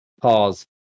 Pause